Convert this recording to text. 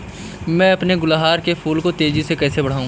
मैं अपने गुलवहार के फूल को तेजी से कैसे बढाऊं?